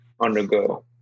undergo